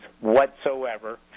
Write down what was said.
whatsoever